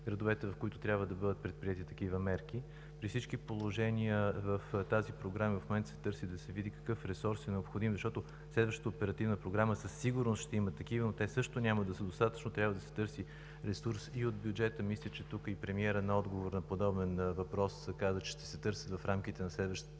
градовете, в които трябва да бъдат предприети такива мерки. При всички положения с тази програма в момента се търси да се види какъв ресурс е необходим, защото в следващата оперативна програма със сигурност ще има такива, но те също няма да са достатъчно, а трябва да се търси ресурс и от бюджета. Мисля, че и премиерът – на отговор на подобен въпрос, каза, че в рамките на следващата